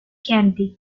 candy